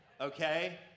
okay